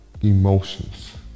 emotions